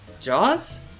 Jaws